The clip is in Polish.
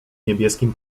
niebieskim